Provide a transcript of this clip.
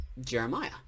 Jeremiah